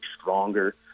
stronger